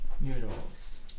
noodles